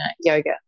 Yoga